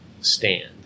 stand